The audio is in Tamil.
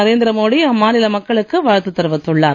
நரேந்திர மோடி அம்மாநில மக்களுக்கு வாழ்த்து தெரிவித்துள்ளார்